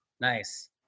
Nice